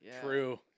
True